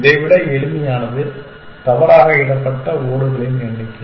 இதை விட எளிமையானது தவறாக இடப்பட்ட ஓடுகளின் எண்ணிக்கை